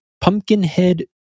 Pumpkinhead